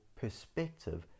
perspective